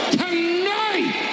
tonight